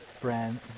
brand